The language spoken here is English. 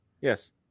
Yes